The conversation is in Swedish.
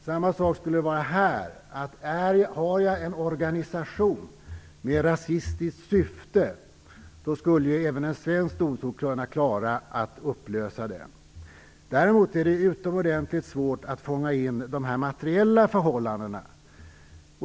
Här föreligger motsvarande förhållande. Även en svensk domstol skulle kunna klara att upplösa en organisation med rasistiskt syfte. Däremot är det utomordentligt svårt att fånga in de materiella förhållandena.